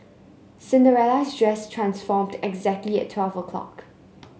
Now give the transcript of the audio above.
Cinderella's dress transformed exactly at twelve o'clock